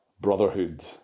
brotherhood